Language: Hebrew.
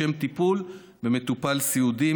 לשם טיפול במטופל סיעודי,